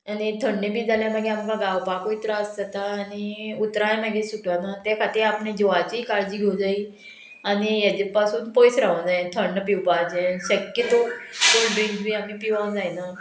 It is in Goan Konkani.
आनी थंडी बी जाल्यार मागीर आमकां गावपाकूय त्रास जाता आनी उतराय मागीर सुटोना ते खातीर आपणें जिवाची काळजी घेवं जायी आनी हेजे पासून पयस रावूंक जाय थंड पिवपाचे सक्य तो कोल्ड ड्रिंक बी आमी पिवोंक जायना